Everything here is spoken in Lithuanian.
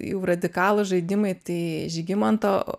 jų radikalūs žaidimai tai žygimanto